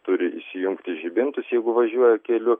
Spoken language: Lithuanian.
turi įsijungti žibintus jeigu važiuoja keliu